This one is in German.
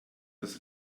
das